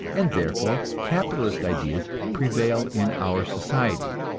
and therefore capitalist ideas prevail in our society,